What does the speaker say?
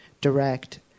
direct